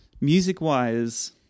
Music-wise